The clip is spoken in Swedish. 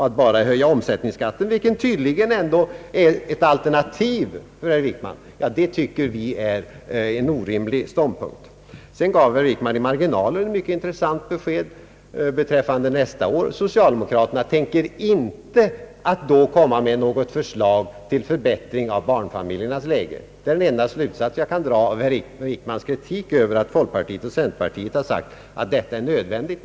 Att bara höja omsättningsskatten, vilket tydligen ändå är ett alternativ för herr Wickman, tycker vi är orimligt. I marginalen gav herr Wickman ett mycket intressant besked beträffande nästa år. Socialdemokraterna tänker inte då komma med något förslag till förbättring av barnfamiljernas läge. Det är den enda slutsats jag kan dra av herr Wickmans kritik mot att folkpartiet och centerpartiet sagt att detta är nödvändigt.